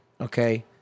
okay